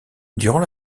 durant